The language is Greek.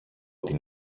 την